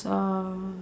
um